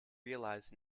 realise